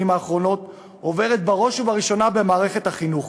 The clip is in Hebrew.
האחרונות עוברת בראש ובראשונה במערכת החינוך.